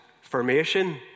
formation